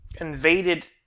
invaded